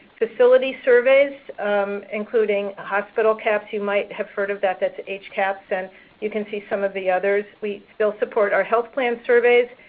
facility surveys including hospital cahps you might have heard of that that's hcahps. and you can see some of the others. we still support our health plan surveys.